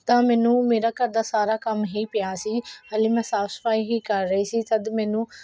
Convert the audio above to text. ਤਾਂ ਮੈਨੂੰ ਮੇਰਾ ਘਰ ਦਾ ਸਾਰਾ ਕੰਮ ਹੀ ਪਿਆ ਸੀ ਹਾਲੇ ਮੈਂ ਸਾਫ ਸਫਾਈ ਹੀ ਕਰ ਰਹੀ ਸੀ ਜਦ ਮੈਨੂੰ